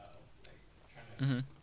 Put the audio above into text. mmhmm